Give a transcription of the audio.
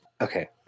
okay